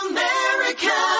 America